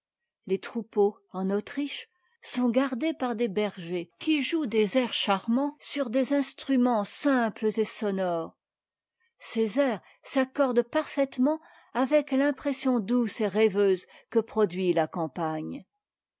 les troupeaux en autriche sont gardés par des bergers qui jouent des airs charmants sur des instruments simples et sonores ces airs s'accordent parfaitement avec l'impression douce et rêveuse que produit la campagne